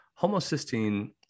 Homocysteine